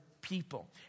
people